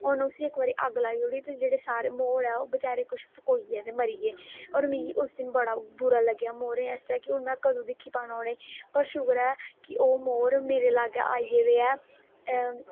उनें उसी इक बारी अग्ग लाई ओड़ी ते जेहड़े सारे मोर ऐ ओह फकोई गे ते मरी गे और मिगी उस दिन बड़ा बुरा लग्गेआ मोरे आस्तै कि हून में कदूं दिक्खी पाना उनेंगी पर शुकर ऐ ओह् मोर मेरे लाग्गे आई गेदे ऐ हे